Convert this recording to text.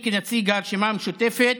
הגעתי, כנציג הרשימה המשותפת,